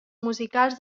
musicals